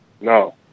No